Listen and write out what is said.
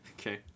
Okay